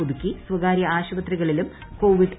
പുതുക്കി സ്വകാര്യ ആശുപത്രികളിലും കൊവിഡ് ഒ പി